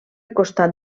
costat